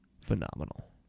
phenomenal